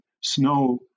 snow